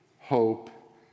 hope